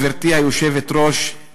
גברתי היושבת-ראש,